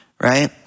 right